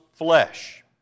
flesh